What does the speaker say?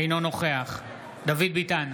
אינו נוכח דוד ביטן,